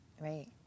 Right